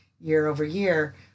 year-over-year